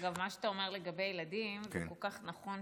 אגב, מה שאתה אומר לגבי ילדים זה כל כך נכון.